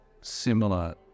similar